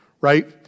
right